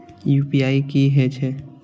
UPI की हेछे?